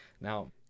now